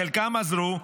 לחלקם עזרו,